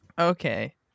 Okay